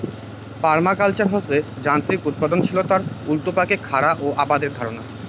permaculture হসে যান্ত্রিক উৎপাদনশীলতার উল্টাপাকে খারা ও আবাদের ধারণা